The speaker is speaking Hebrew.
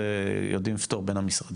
את זה הם יודעים לפתור בין המשרדים,